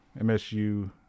MSU